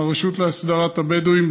עם הרשות להסדרת הבדואים,